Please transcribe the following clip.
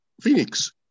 Phoenix